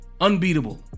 unbeatable